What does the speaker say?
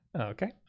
Okay